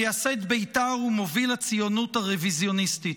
מייסד בית"ר ומוביל הציונות הרוויזיוניסטית.